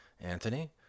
Anthony